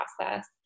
process